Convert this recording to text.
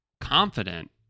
confident